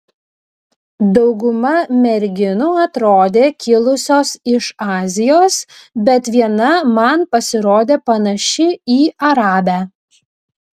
dauguma merginų atrodė kilusios iš azijos bet viena man pasirodė panaši į arabę